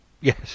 Yes